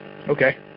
Okay